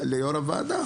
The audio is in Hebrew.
אל יו"ר הוועדה,